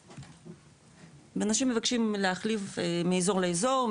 אנשים מבקשים להחליף מאזור לאזור,